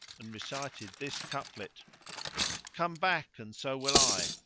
and recited this couplet come back and so will i!